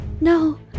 No